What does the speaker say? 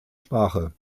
sprache